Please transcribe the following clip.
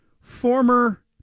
former